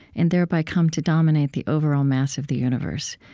and thereby come to dominate the overall mass of the universe.